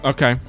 Okay